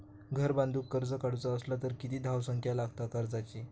घर बांधूक कर्ज काढूचा असला तर किती धावसंख्या लागता कर्जाची?